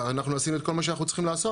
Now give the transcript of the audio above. ואנחנו עשינו את כל מה שאנחנו צריכים לעשות.